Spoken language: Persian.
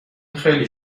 خیلی